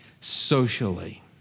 socially